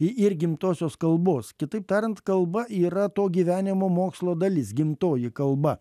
ir gimtosios kalbos kitaip tariant kalba yra to gyvenimo mokslo dalis gimtoji kalba